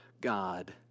God